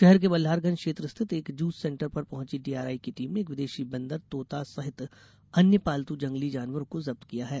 षहर के मल्हारगंज क्षेत्र स्थित एक जूस सेंटर पर पहुंची डीआरआई की टीम ने एक विदेशी बंदर तोता सहित अन्य पालतू जंगली जानवरों को जप्त किया है